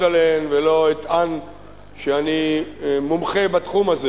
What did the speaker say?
עליהן ולא אטען שאני מומחה בתחום הזה,